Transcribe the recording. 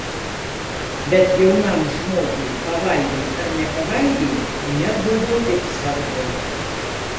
bet jaunam žmogui pavalgei ar nepavalgei nebuvo taip svarbu